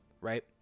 right